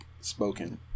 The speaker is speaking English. spoken